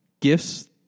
gifts